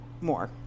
more